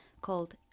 called